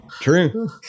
true